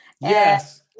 Yes